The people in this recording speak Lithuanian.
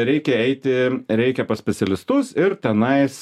reikia eiti reikia pas specialistus ir tenais